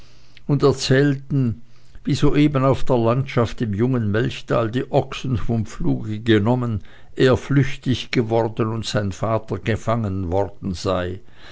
und erzählten wie soeben auf der landschaft dem jungen melchthal die ochsen vom pfluge genommen er flüchtig geworden und sein vater gefangen worden sei